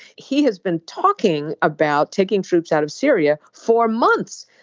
he has been talking about taking troops out of syria for months.